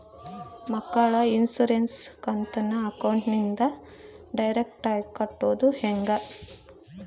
ಮಕ್ಕಳ ಇನ್ಸುರೆನ್ಸ್ ಕಂತನ್ನ ಅಕೌಂಟಿಂದ ಡೈರೆಕ್ಟಾಗಿ ಕಟ್ಟೋದು ಹೆಂಗ?